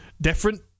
different